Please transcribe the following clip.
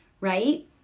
right